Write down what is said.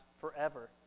forever